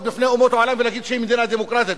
בפני אומות העולם ולהגיד שהיא מדינה דמוקרטית.